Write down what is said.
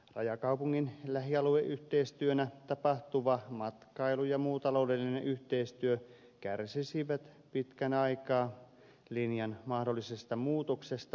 rajakaupungin lähialueyhteistyönä tapahtuva matkailu ja muu taloudellinen yhteistyö kärsisivät pitkän aikaa linjan mahdollisesta muutoksesta